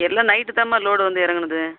எல்லாம் நைட்டு தாம்மா லோடு வந்து இறங்கனது